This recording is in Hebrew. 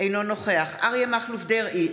אינו נוכח אריה מכלוף דרעי,